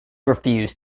refused